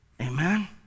Amen